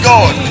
God